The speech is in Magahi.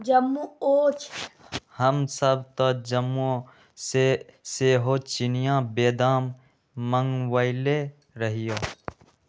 हमसभ तऽ जम्मूओ से सेहो चिनियाँ बेदाम मँगवएले रहीयइ